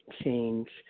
change